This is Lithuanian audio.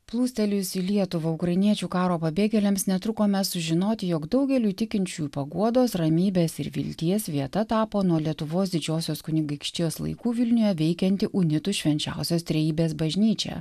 plūstelėjus į lietuvą ukrainiečių karo pabėgėliams netrukome sužinoti jog daugeliui tikinčiųjų paguodos ramybės ir vilties vieta tapo nuo lietuvos didžiosios kunigaikštijos laikų vilniuje veikianti unitų švenčiausios trejybės bažnyčia